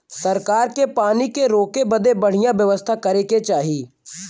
सरकार के पानी के रोके बदे बढ़िया व्यवस्था करे के चाही